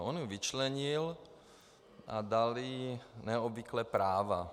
On ji vyčlenil a dal jí neobvyklá práva.